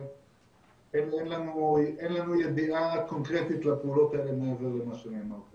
אין לנו ידיעה קונקרטית לפעולות האלה מעבר למה שנאמר פה.